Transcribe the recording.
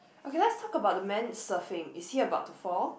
okay let's talk about the man surfing is he about to fall